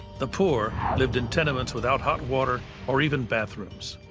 the poor lived in tenements without hot water or even bathrooms.